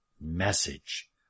message